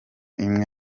imwe